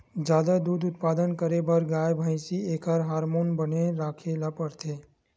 जादा दूद उत्पादन करे बर गाय, भइसी एखर हारमोन बने राखे ल परथे